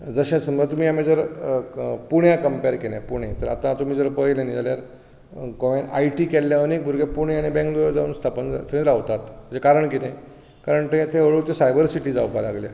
जशें समजा तुमी आमी जर पुण्या कम्पेर केलें पुणे जर आतां तुमी जर पयलें जाल्यार गोंय आय टी केल्ले भुरगे पुणे आनी बेंगलोर स्थापन जातात थंय रावतात हाचें कारण कितें कारण हळू हळू ती सायबर सिटी जावपाक लागल्या